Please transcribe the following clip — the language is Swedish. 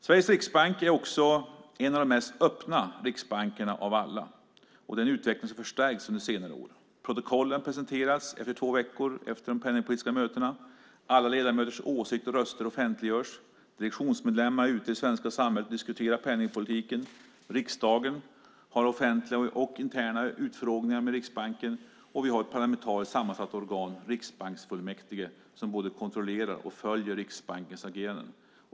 Sveriges riksbank är också en av de mest öppna riksbankerna av alla. Den utvecklingen har förstärkts under senare år. Protokollen presenteras två veckor efter de penningpolitiska mötena. Alla ledamöters åsikter och röster offentliggörs. Direktionsmedlemmar är ute i det svenska samhället och diskuterar penningpolitiken. Riksdagen har offentliga och interna utfrågningar med Riksbanken, och vi har ett parlamentariskt sammansatt organ, riksbanksfullmäktige, som både kontrollerar och följer Riksbankens ageranden.